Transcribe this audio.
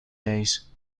days